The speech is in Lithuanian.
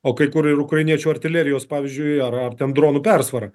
o kai kur ir ukrainiečių artilerijos pavyzdžiui ar ar ten dronų persvara